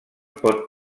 pot